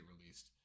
released